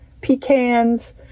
pecans